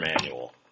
manual